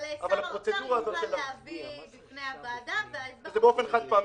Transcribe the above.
אבל שר האוצר יוכל להביא בפני הוועדה --- זה גם באופן חד-פעמי.